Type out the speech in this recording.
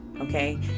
Okay